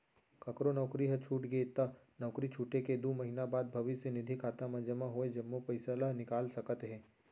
ककरो नउकरी ह छूट गे त नउकरी छूटे के दू महिना बाद भविस्य निधि खाता म जमा होय जम्मो पइसा ल निकाल सकत हे